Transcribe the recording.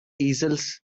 easels